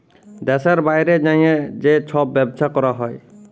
দ্যাশের বাইরে যাঁয়ে যে ছব ব্যবছা ক্যরা হ্যয়